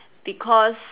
because